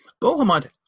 Bohemond